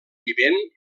vivent